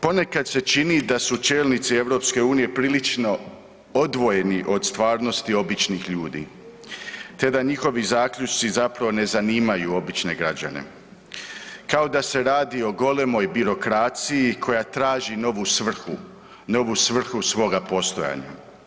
Ponekad se čini da su čelnici EU prilično odvojeni od stvarnosti običnih ljudi, te da njihovi zaključci zapravo ne zanimaju obične građane kao da se radi o golemoj birokraciji koja traži novu svrhu, novu svrhu svoga postojanja.